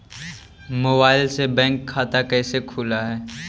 Mobile से bank खाता कैसे खुल है?